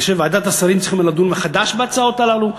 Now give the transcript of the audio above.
אני חושב שוועדת השרים צריכה לדון מחדש בהצעות האלה.